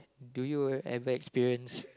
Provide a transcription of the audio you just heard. do you ever experience